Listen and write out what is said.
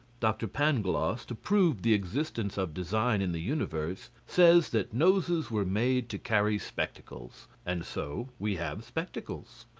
dr. pangloss, to prove the existence of design in the universe, says that noses were made to carry spectacles, and so we have spectacles.